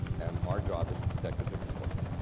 and our job is to protect the tipping points.